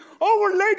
overlaid